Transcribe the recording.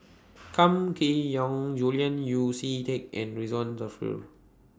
Kam Kee Yong Julian Yeo See Teck and Ridzwan Dzafir